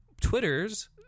Twitters